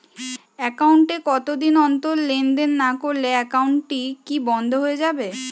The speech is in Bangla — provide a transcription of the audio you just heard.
একাউন্ট এ কতদিন অন্তর লেনদেন না করলে একাউন্টটি কি বন্ধ হয়ে যাবে?